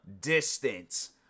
distance